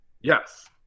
Yes